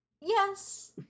Yes